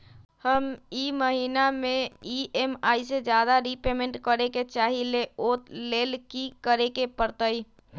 हम ई महिना में ई.एम.आई से ज्यादा रीपेमेंट करे के चाहईले ओ लेल की करे के परतई?